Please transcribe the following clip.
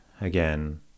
again